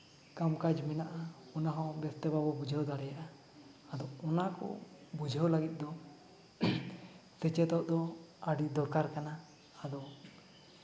ᱠᱟᱢ ᱠᱟᱡᱽ ᱢᱮᱱᱟᱜᱼᱟ ᱚᱱᱟ ᱦᱚᱸ ᱵᱮᱥᱛᱮ ᱵᱟᱵᱚ ᱵᱩᱡᱷᱟᱹᱣ ᱫᱟᱲᱮᱭᱟᱜᱼᱟ ᱟᱫᱚ ᱚᱱᱟᱠᱚ ᱵᱩᱡᱷᱟᱹᱣ ᱞᱟᱹᱜᱤᱫ ᱫᱚ ᱥᱮᱪᱮᱫᱚᱜ ᱫᱚ ᱟᱹᱰᱤ ᱫᱚᱨᱠᱟᱨ ᱠᱟᱱᱟ ᱟᱫᱚ